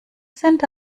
sind